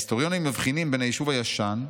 ההיסטוריונים מבחינים בין היישוב הישן,